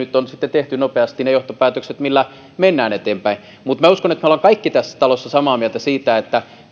ja nyt on sitten tehty nopeasti ne johtopäätökset millä mennään eteenpäin mutta minä uskon että me olemme kaikki tässä talossa samaa mieltä siitä että